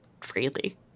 freely